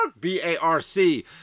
B-A-R-C